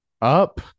up